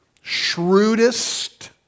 Shrewdest